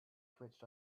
twitched